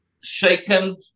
shaken